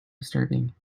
disturbing